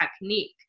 technique